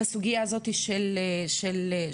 בסוגייה הזאתי של המשתלמים.